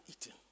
eating